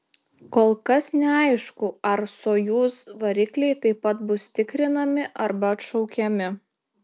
kol kas neaišku ar sojuz varikliai taip pat bus tikrinami arba atšaukiami